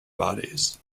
bodies